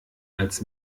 als